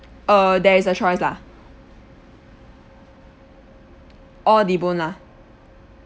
err there is a choice lah all debone lah